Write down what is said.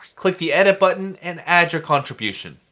click the edit button and add your contribution.